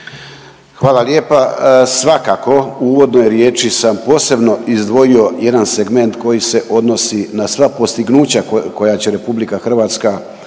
Hvala lijepa, svakako u uvodnoj riječi sam posebno izdvojio jedan segment koji se odnosi na sva postignuća koja će RH i prednosti